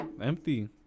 Empty